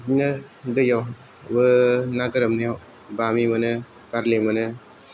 बिदिनो दैयावबो ना गोरोमनायाव बामि मोनो बारलि मोनो